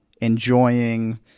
enjoying